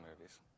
movies